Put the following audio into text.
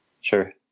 Sure